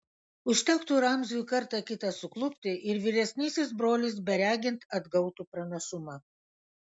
užtektų ramziui kartą kitą suklupti ir vyresnysis brolis beregint atgautų pranašumą